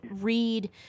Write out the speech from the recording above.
read